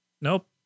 Nope